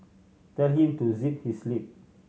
tell him to zip his lip